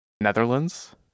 Netherlands